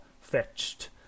fetched